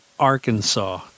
arkansas